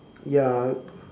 ya